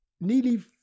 Nearly